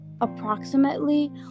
approximately